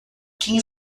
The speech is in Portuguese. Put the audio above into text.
quem